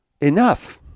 enough